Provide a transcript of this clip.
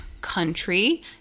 Country